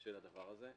של הדבר הזה,